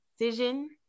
decision